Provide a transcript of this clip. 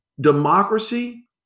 democracy